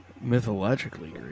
Mythologically